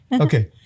Okay